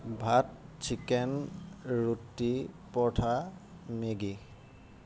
ভাত চিকেন ৰুটি পৰঠা মেগী